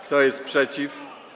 Kto jest przeciw?